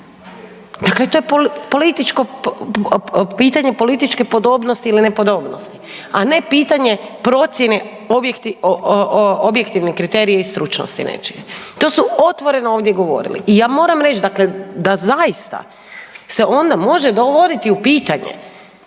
Dakle, to je političko pitanje, političke podobnosti ili nepodobnosti, a ne pitanje procjene objektivnih kriterija i stručnosti, nečega. To su otvoreno ovdje govorili i ja moram reći, dakle da zaista se onda može dovoditi u pitanje